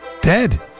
dead